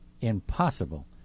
impossible